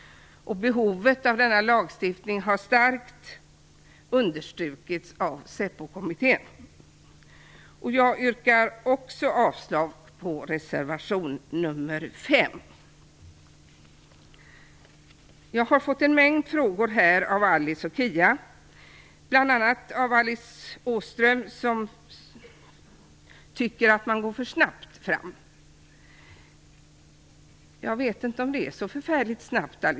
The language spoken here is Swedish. Behovet av denna lagstiftning har starkt understrukits av Säpokommittén. Jag yrkar också avslag på reservation 5. Jag har fått en mängd frågor av Alice Åström och Kia Andreasson. Vidare tycker Alice Åström bl.a. att man går fram för snabbt. Jag vet inte om det är så förfärligt snabbt.